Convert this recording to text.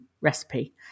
recipe